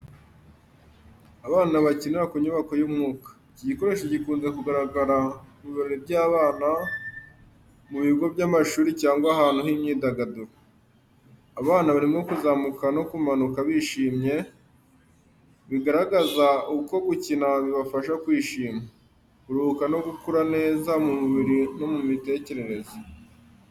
Abana bakinira ku nyubako y’umwuka. Iki gikoresho gikunze kugaragara mu birori by’abana, mu bigo by’amashuri cyangwa ahantu h’imyidagaduro. Abana barimo kuzamuka no kumanuka bishimye, bigaragaza uko gukina bibafasha kwishima, kuruhuka no gukura neza mu mubiri no mu mitekerereze.